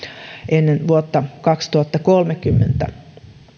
ennen vuotta kaksituhattakolmekymmentä